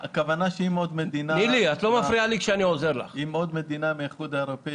הכוונה היא שאם לעוד מדינה באיחוד האירופאי